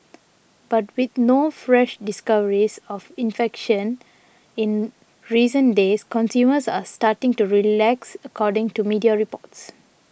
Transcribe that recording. but with no fresh discoveries of infections in recent days consumers are starting to relax according to media reports